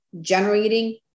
generating